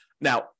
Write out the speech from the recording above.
now